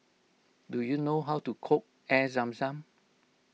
do you know how to cook Air Zam Zam